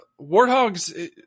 warthogs